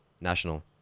National